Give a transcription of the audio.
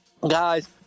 Guys